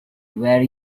where